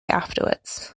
afterwards